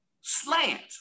slant